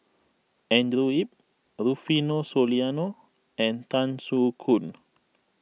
Andrew Yip Rufino Soliano and Tan Soo Khoon